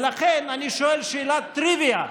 ולכן אני שואל שאלת טריוויה: